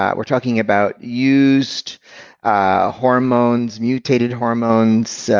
ah we're talking about used ah hormones, mutated hormones, so